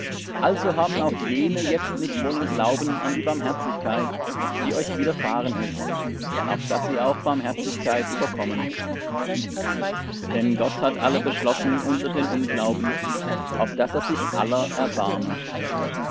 also haben auch jene jetzt nicht wollen glauben an die barmherzigkeit die euch widerfahren ist auf daß sie auch barmherzigkeit überkommen denn gott hat alle beschlossen unter den unglauben auf daß er sich aller erbarme